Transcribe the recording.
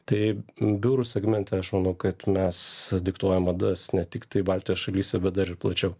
tai biurų segmente aš manau kad mes diktuojam madas ne tiktai baltijos šalyse bet dar ir plačiau